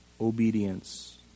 obedience